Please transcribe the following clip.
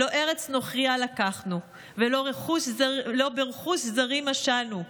"לא ארץ נוכרייה לקחנו ולא ברכוש זרים משלנו,